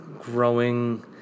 growing